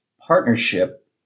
partnership